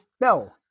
No